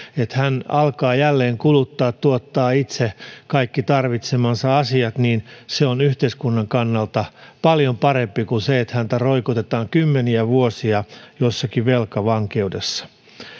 että hän alkaa jälleen kuluttaa tuottaa itse kaikki tarvitsemansa asiat sen parempi se on yhteiskunnan kannalta paljon parempi kuin se että häntä roikotetaan kymmeniä vuosia jossakin velkavankeudessa myös